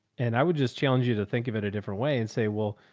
and i would just challenge you to think of it a different way and say, well,